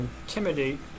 intimidate